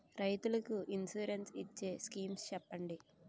రైతులు కి ఇన్సురెన్స్ ఇచ్చే స్కీమ్స్ చెప్పండి?